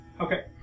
Okay